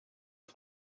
het